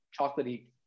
chocolatey